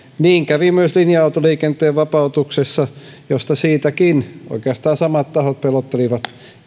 niin kävi myös linja autoliikenteen vapautuksessa josta siitäkin oikeastaan samat tahot pelottelivat